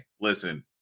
listen –